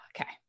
okay